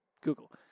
Google